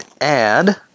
add